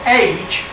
age